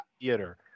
theater